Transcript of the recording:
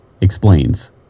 explains